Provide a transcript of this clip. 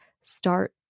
start